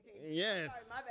Yes